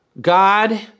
God